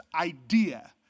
idea